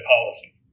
policy